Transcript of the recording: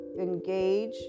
engage